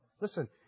Listen